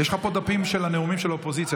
יש לך פה דפים של הנאומים של האופוזיציה,